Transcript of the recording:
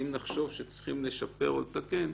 אם נחשוב שצריכים לשפר או לתקן,